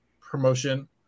promotion